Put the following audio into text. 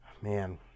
man